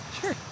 Sure